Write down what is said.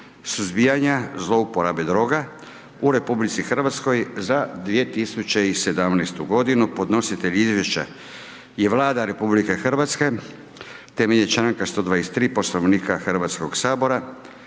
suzbijanja zlouporabe droga u Republici Hrvatskoj za 2017. godinu; Podnositelj izvješća je Vlada RH temeljem članka 123. Poslovnika Hrvatskoga sabora.